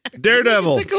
Daredevil